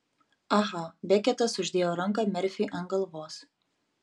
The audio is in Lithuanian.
aha beketas uždėjo ranką merfiui ant galvos